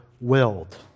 willed